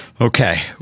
Okay